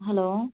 hello